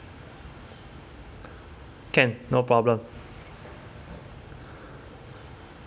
can no problem